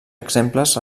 exemples